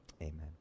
Amen